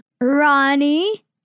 Ronnie